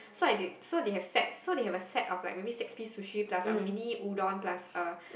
so I did so they have set so they have a set of like maybe six piece sushi plus a mini udon plus a